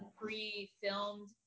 pre-filmed